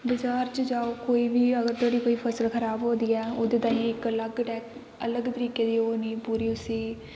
बजार च जाओ कोई अगर तुंदी कोई फसल खराब होई दी ऐ ओह्दै ताईं इक अलग तरीके दी ओह् होनी ओह्दै लेईं